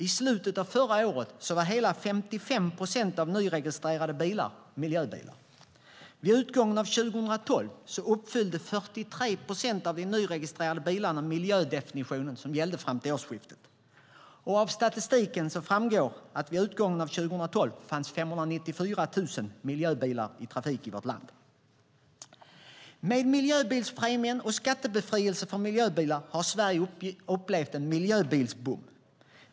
I slutet av förra året var hela 55 procent av nyregistrerade bilar miljöbilar. Vid utgången av 2012 uppfyllde 43 procent av de nyregistrerade bilarna miljöbilsdefinitionen som gällde till årsskiftet. Av statistiken framgår att det vid utgången av 2012 fanns 594 000 miljöbilar i trafik i vårt land. Med miljöbilspremien och skattebefrielse för miljöbilar har Sverige upplevt en miljöbilsboom.